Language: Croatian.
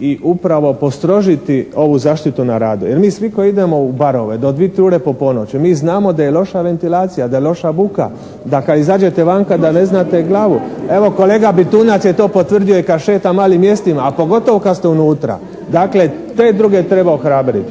i upravo postrožiti ovu zaštitu na radu. Jer mi svi koji idemo u barove do 2, 3 ure po ponoći, mi znamo da je loša ventilacija, da je loša buka, da kad izađete vanka da ne znate glavu. Evo kolega Bitunjac je to potvrdio i kad šeta malim mjestima, a pogotovo kad ste unutra. Dakle te druge treba ohrabriti.